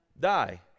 die